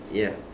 ya